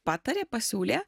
patarė pasiūlė